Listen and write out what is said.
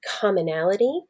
commonality